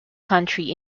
country